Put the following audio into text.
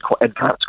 advanced